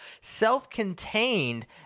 self-contained